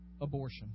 Abortion